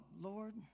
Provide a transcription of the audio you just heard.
Lord